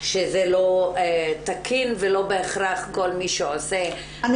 שזה לא תקין ולא בהכרח כל מי שעושה עריכה --- אני